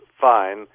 fine